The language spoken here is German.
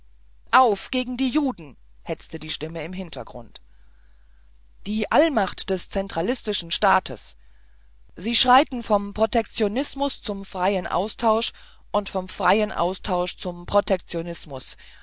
auf gegen die juden hetzte die stimme im hintergrund die allmacht des zentralistischen staates sie schreiten vom protektionismus zum freien austausch und vom freien austausch zum protektionismus